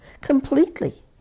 completely